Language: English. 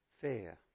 fair